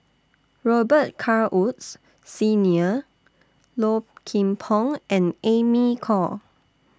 Robet Carr Woods Senior Low Kim Pong and Amy Khor